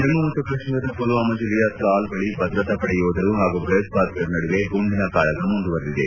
ಜಮ್ಮ ಮತ್ತು ಕಾಶ್ಮೀರದ ಪುಲ್ವಾಮ ಜಿಲ್ಲೆಯ ತ್ರಾಲ್ ಬಳಿ ಭದ್ರತಾಪಡೆ ಯೋಧರು ಹಾಗೂ ಭಯೋತ್ವಾದಕರ ನಡುವೆ ಗುಂಡಿನ ಕಾಳಗ ಮುಂದುವರೆದಿದೆ